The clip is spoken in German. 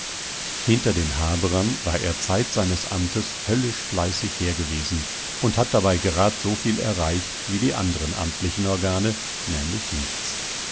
hinter den haberern war er zeit seines amtes höllisch fleißig her gewesen und hat dabei gerad so viel erreicht wie die anderen amtlichen organe nämlich nichts